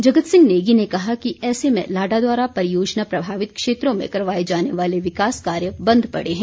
जगत सिंह नेगी ने कहा कि ऐसे में लाडा द्वारा परियोजना प्रभावित क्षेत्रों में करवाए जाने वाले विकास कार्य बंद पड़े हैं